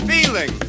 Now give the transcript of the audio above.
Feeling